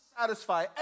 satisfy